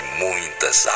muitas